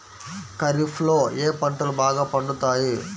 ఖరీఫ్లో ఏ పంటలు బాగా పండుతాయి?